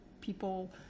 people